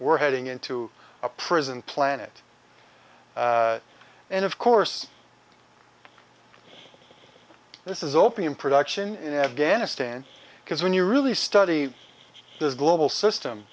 we're heading into a prison planet and of course this is opium production in afghanistan because when you really study this global system